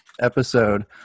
episode